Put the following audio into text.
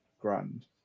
grand